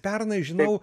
pernai žinau